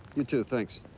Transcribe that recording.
you, too. thanks.